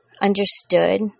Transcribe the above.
understood